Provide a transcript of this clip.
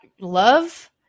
love